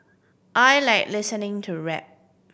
I like listening to rap